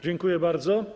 Dziękuję bardzo.